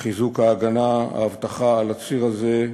לחיזוק ההגנה, האבטחה, על הציר הזה,